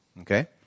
Okay